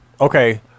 okay